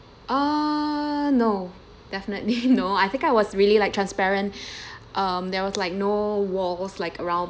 ah no definitely no I think I was really like transparent um there was like no walls like around